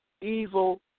evil